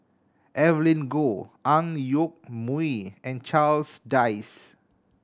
Evelyn Goh Ang Yoke Mooi and Charles Dyce